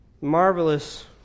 Marvelous